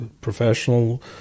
professional